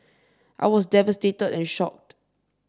I was devastated and shocked